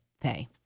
pay